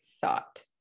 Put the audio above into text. thought